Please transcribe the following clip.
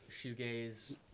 shoegaze